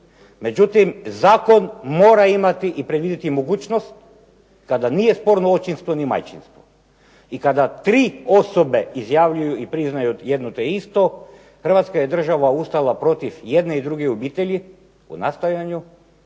Međutim, zakon mora imati i predvidjeti mogućnost kada nije sporno očinstvo ni majčinstvo. I kada 3 osobe izjavljuju i priznaju jedno te isto, Hrvatska je država ustala protiv jedne i druge obitelji u nastajanju